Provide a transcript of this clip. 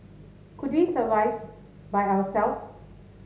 could we survive by ourselves